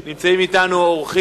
בעד, 9,